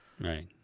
right